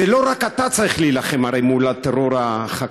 זה לא רק אתה צריך להילחם הרי מול הטרור החקלאי,